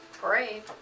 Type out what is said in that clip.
Great